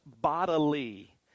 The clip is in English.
bodily